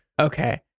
Okay